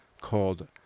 called